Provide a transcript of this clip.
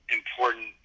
important